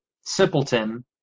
simpleton